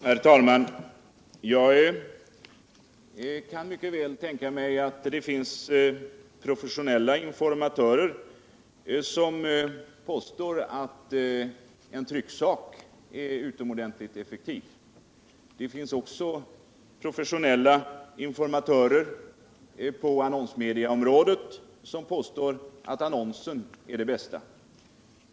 Herr talman! Jag kan mycket väl tänka mig att det finns professionella informatörer som påstår att en trycksak är utomordentligt effektiv. Men det finns också professionella informatörer på annonsmediaområdet, som påstår att annonsen är det bästa.